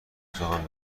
سخن